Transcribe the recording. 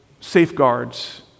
safeguards